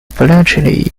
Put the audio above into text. bletchley